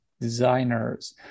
designers